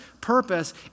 purpose